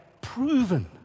proven